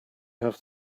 have